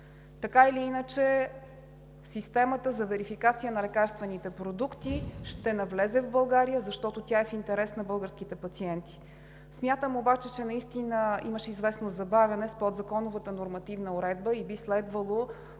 Така или иначе системата за верификация на лекарствените продукти ще навлезе в България, защото тя е в интерес на българските пациенти. Смятам обаче, че наистина имаше известно забавяне с подзаконовата нормативна уредба, и би следвало